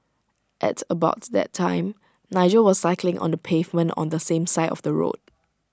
at about that time Nigel was cycling on the pavement on the same side of the road